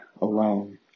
alone